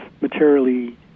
materially